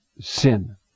sin